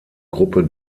gruppe